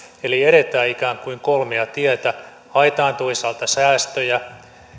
eli edetään ikään kuin kolmea tietä haetaan toisaalta säästöjä